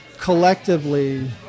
collectively